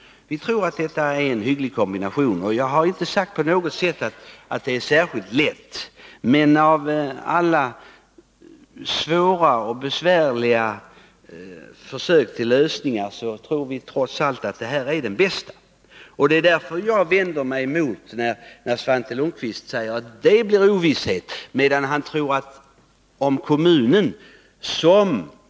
Jag har inte sagt att det på något sätt är särskilt lätt, men av alla svåra och besvärliga försök till lösningar tror vi trots allt att denna lösning är den bästa. Det är därför jag vänder mig emot Svante Lundkvist när han säger att detta förslag leder till ovisshet, medan han tror att kommunen har den bästa möjligheten att göra en bedömning.